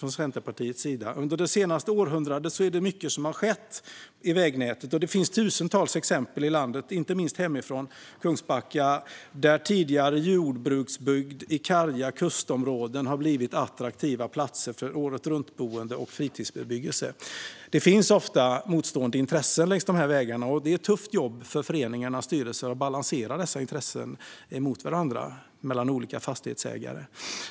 Under det senaste århundradet har mycket skett i vägnätet, och det finns tusentals exempel i landet, inte minst hemifrån Kungsbacka, där tidigare jordbruksbygd i karga kustområden blivit attraktiva platser för åretruntboende och fritidsbebyggelse. Det finns ofta motstående intressen längs dessa vägar, och det är ett tufft jobb för föreningarnas styrelser att balansera de olika fastighetsägarnas intressen.